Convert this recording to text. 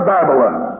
Babylon